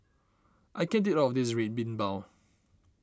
I can't eat all of this Red Bean Bao